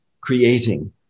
creating